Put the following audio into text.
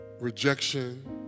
rejection